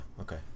okay